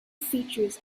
features